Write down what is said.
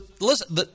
listen